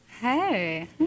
Hey